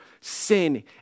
sin